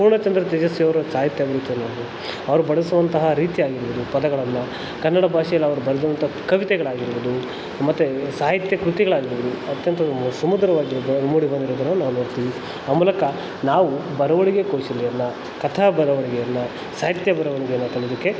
ಪೂರ್ಣಚಂದ್ರ ತೇಜಸ್ವಿ ಅವರ ಸಾಹಿತ್ಯ ಅಭಿರುಚಿಯನ್ನು ನೋಡ್ಬೋದು ಅವರು ಬಳಸುವಂತಹ ರೀತಿಯಾಗಿರ್ಬೋದು ಪದಗಳನ್ನು ಕನ್ನಡ ಭಾಷೇಲಿ ಅವರು ಬರೆದಿರೋ ಅಂಥ ಕವಿತೆಗಳಾಗಿರ್ಬೋದು ಮತ್ತು ಸಾಹಿತ್ಯ ಕೃತಿಗಳಾಗಿರ್ಬೋದು ಅತ್ಯಂತ ಸುಮಧುರವಾಗಿ ಮೂಡಿ ಬಂದಿರೋದನ್ನು ನಾವು ನೋಡ್ತೀವಿ ಆ ಮೂಲಕ ನಾವು ಬರವಣಿಗೆ ಕೌಶಲ್ಯನ ಕಥಾ ಬರವಣಿಗೆಯನ್ನು ಸಾಹಿತ್ಯ ಬರವಣಿಗೆಯನ್ನು ಕಲಿಯೋದಕ್ಕೆ